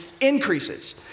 increases